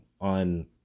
on